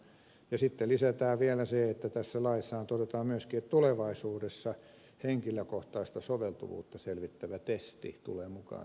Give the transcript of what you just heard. ja sitten lisätään vielä se että tässä laissahan todetaan että myöskin tulevaisuudessa henkilökohtaista soveltuvuutta selvittävä testi tulee mukaan tähän kuvioon